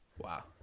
Wow